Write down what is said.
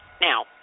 now